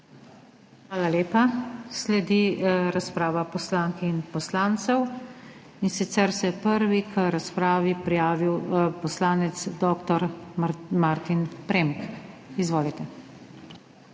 Hvala lepa. Sledi razprava poslank in poslancev, in sicer se je prvi k razpravi prijavil poslanec dr. Martin Premk. Izvolite.